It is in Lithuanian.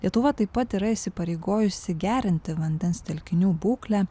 lietuva taip pat yra įsipareigojusi gerinti vandens telkinių būklę